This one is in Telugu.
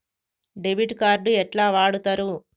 డెబిట్ కార్డు ఎట్లా వాడుతరు?